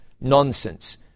Nonsense